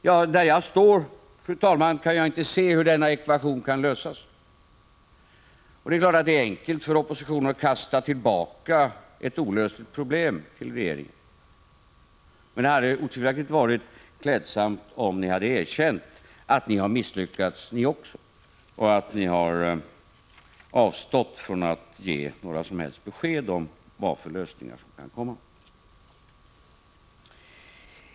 Från min utsiktspunkt kan jag, fru talman, inte se hur denna ekvation kan lösas. Det är klart att det är enkelt för oppositionen att kasta tillbaka ett olösligt problem till regeringen. Men det hade otvivelaktigt varit klädsamt om ni hade erkänt att också ni har misslyckats och att ni har avstått från att ge några som helst besked om vad för lösningar som kan komma. Fru talman!